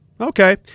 Okay